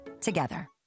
Together